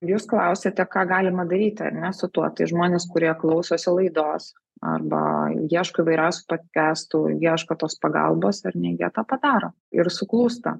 jūs klausiate ką galima daryti ar ne su tuo tai žmonės kurie klausosi laidos arba ieško įvairiausių potkestų ieško tos pagalbos ar ne jie tą padaro ir suklūsta